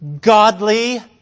Godly